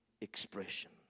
expression